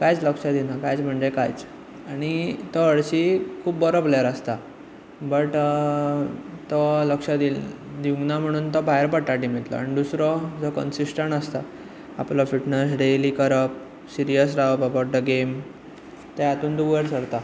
कांयच लक्ष दिना कांयच म्हणजे कांयच आनी तो हरशी खूब बरो प्लेयर आसता बट तो लक्ष दिवूंक ना म्हणून तो भायर पडटा टिमींतलो आनी दुसरो जो कंसिसटण्ट आसता आपलो फिटनस डेली करप सिरियस रावप अबावट द गेम ते हातूंत तो वयर सरता